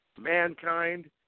Mankind